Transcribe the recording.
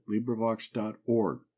LibriVox.org